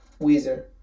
Weezer